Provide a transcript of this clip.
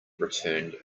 returned